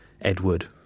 Edward